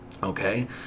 Okay